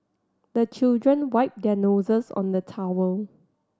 the children wipe their noses on the towel